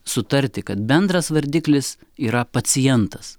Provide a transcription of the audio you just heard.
sutarti kad bendras vardiklis yra pacientas